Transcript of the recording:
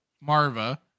marva